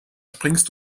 springst